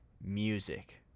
Music